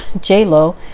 j-lo